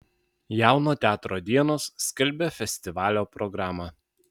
jauno teatro dienos skelbia festivalio programą